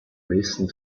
nächsten